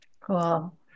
Cool